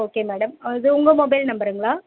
okay madam இது உங்கள் mobile நம்பருங்களா